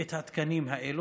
את התקנים האלה.